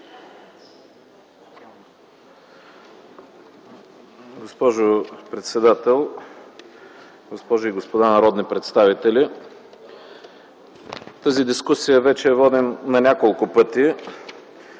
Госпожо председател, госпожи и господа народни представители! Тази дискусия вече я водим няколко пъти